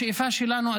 השאיפה שלנו,